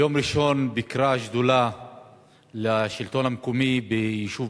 ביום ראשון ביקרה השדולה לשלטון המקומי ביישוב